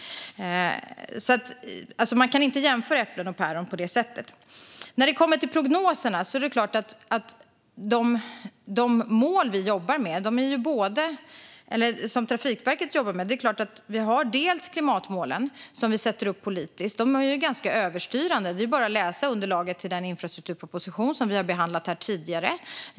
Man kan inte jämföra äpplen och päron på det sättet. När det gäller prognoserna jobbar Trafikverket med de politiskt satta klimatmålen, som är ganska styrande. Det är bara att läsa underlaget till den infrastrukturproposition vi har behandlat här tidigare.